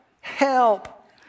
help